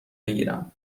بگیرم